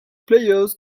players